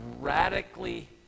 radically